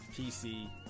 PC